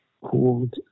called